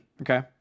Okay